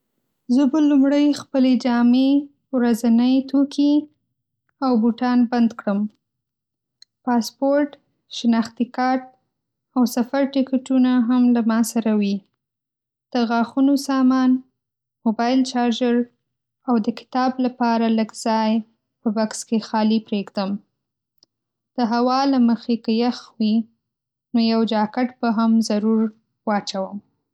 زه به لومړی خپلې جامې، ورځنۍ توکي او بوټان بند کړم. پاسپورټ، شناختي کارت او سفر ټکټونه هم له ما سره وي. د غاښونو سامان، موبایل چارجر، او د کتاب لپاره لږ ځای په بکس کې خالي پرېږدم. د هوا له مخې، که یخ وي، نو یو جاکټ به هم ضرور واچوم.